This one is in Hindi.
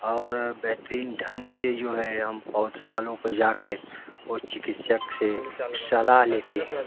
और बेहतरीन ढंग से जो है हम पौध सालों को जाके और चिकित्सक से सलाह लेते हैं